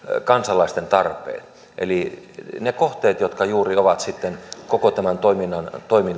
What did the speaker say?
kansalaisten tarpeet eli ne kohteet jotka juuri ovat sitten koko tämän toiminnan